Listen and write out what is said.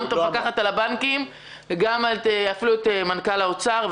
גם את המפקחת על הבנקים ואפילו את מנכ"ל משרד האוצר,